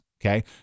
Okay